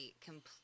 complete